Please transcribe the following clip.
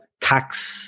tax